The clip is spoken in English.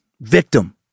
victim